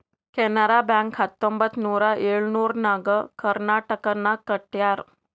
Canara bank ಹತ್ತೊಂಬತ್ತ್ ನೂರಾ ಎಳುರ್ನಾಗ್ ಕರ್ನಾಟಕನಾಗ್ ಕಟ್ಯಾರ್